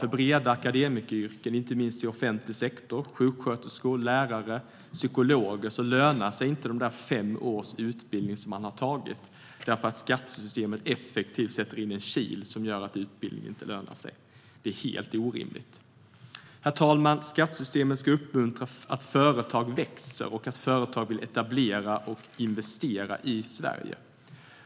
För breda akademikeryrken, inte minst inom offentlig sektor, såsom sjuksköterskor, lärare och psykologer, lönar sig inte den fem år långa utbildningen därför att skattesystemet effektivt sätter in en kil som gör att utbildning inte lönar sig. Det är helt orimligt. Herr talman! Skattesystemet ska uppmuntra företag att växa, etablera sig och investera i Sverige.